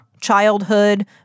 childhood